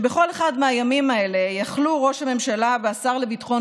כשבכל אחד מהימים האלה יכלו ראש הממשלה והשר לביטחון